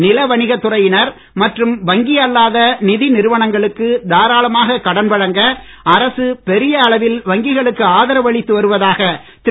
நில வணிகத் துறையினர் மற்றும் வங்கி அல்லாத நிதி நிறுவனங்களுக்கு தாராளமாக கடன் வழங்க அரசு பெரிய அளவில் வங்கிகளுக்கு ஆதரவளித்து வருவதாக திரு